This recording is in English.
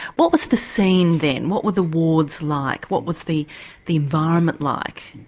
what was the scene then, what were the wards like, what was the the environment like?